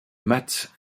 mat